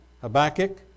Habakkuk